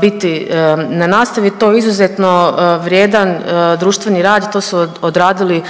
biti na nastavi. To je izuzetno vrijedan društveni rad i to su odradili